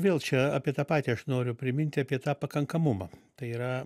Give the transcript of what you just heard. vėl čia apie tą patį aš noriu priminti apie tą pakankamumą tai yra